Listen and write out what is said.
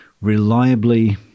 reliably